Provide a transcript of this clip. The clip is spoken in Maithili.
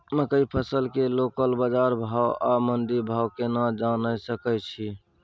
मकई फसल के लोकल बाजार भाव आ मंडी भाव केना जानय सकै छी?